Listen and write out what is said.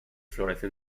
florece